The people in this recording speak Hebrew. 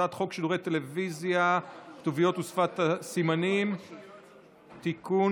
הצעת חוק שידורי טלוויזיה (כתוביות ושפת סימנים) (תיקון,